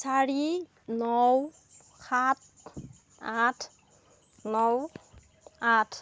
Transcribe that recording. চাৰি ন সাত আঠ ন আঠ